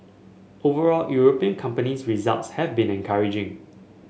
overall European companies results have been encouraging